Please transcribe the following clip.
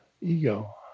ego